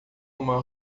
uma